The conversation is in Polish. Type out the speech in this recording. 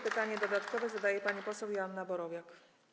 Pytanie dodatkowe zadaje pani poseł Joanna Borowiak.